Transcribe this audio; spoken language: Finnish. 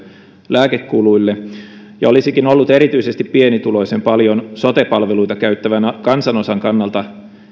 lääkekuluille ja olisikin ollut erityisesti pienituloisen paljon sote palveluita käyttävän kansanosan kannalta